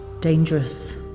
Dangerous